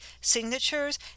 signatures